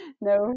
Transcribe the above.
No